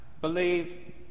believe